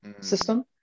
system